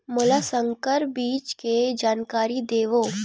मोला संकर बीज के जानकारी देवो?